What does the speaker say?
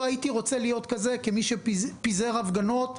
לא הייתי רוצה להיות כזה כמי שפיזר הפגנות.